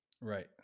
Right